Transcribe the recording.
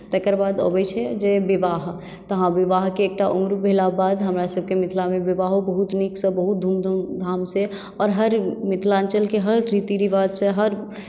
तकर बाद अबैत छै जे विवाह विवाहके एकटा उम्र भेलाके बाद हमरासभके मिथिलामे विवाहो बहुत नीकसँ बहुत धूमधाम से आओर हर मिथिलाञ्चलके हर रीतिरिवाजसँ हर